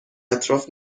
اطراف